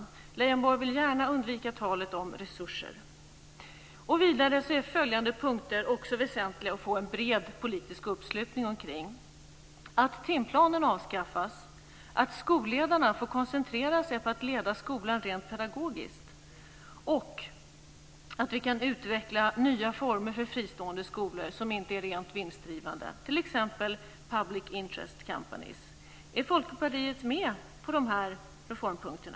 Leijonborg vill gärna undvika talet om resurser. Vidare är det väsentligt att få en bred politisk uppföljning kring följande punkter: - att skolledarna får koncentrera sig på att leda skolan rent pedagogiskt och - att vi kan utveckla nya former för fristående skolor som inte är rent vinstdrivande, t.ex. public interest companies. Är Folkpartiet med på de reformpunkterna?